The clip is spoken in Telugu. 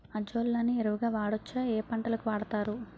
అజొల్లా ని ఎరువు గా వాడొచ్చా? ఏ పంటలకు వాడతారు?